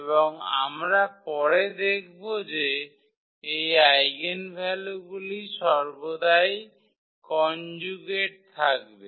এবং আমরা পরে দেখব যে এই আইগেনভ্যালুগুলি সর্বদাই কনজুগেট থাকবে